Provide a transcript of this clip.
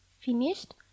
finished